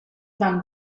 van